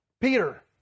Peter